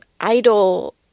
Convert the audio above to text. idol